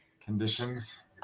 conditions